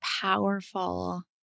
powerful